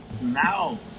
Now